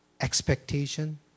expectation